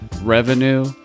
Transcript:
revenue